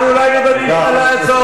אנחנו לא היינו בממשלה הזאת,